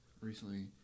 recently